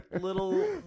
little